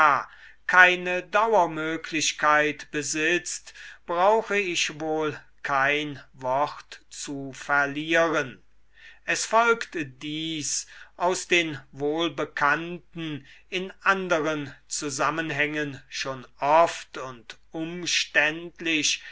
keine dauermöglichkeit besitzt brauche ich wohl kein wort zu verlieren es folgt dies aus den wohlbekannten in anderen zusammenhängen schon oft und umständlich